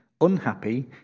unhappy